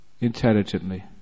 intelligently